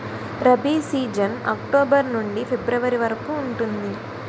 rabi season October నుండి February వరకు ఉంటుంది